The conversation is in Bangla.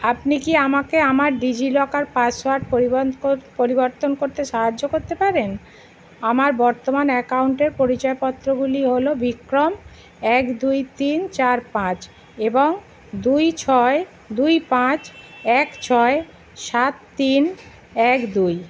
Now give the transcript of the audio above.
আপনি কি আমাকে আমার ডিজিলকার পাসওয়ার্ড পরিবর্তন করতে সাহায্য করতে পারেন আমার বর্তমান অ্যাকাউন্টের পরিচয়পত্রগুলি হলো বিক্রম এক দুই তিন চার পাঁচ এবং দুই ছয় দুই পাঁচ এক ছয় সাত তিন এক দুই